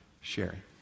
sharing